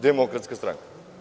Demokratska stranka.